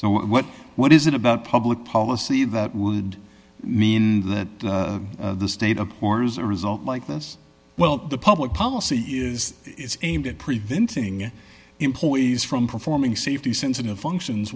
so what what is it about public policy that would mean that the state of orders a result like this well the public policy is aimed at preventing employees from performing safety sensitive functions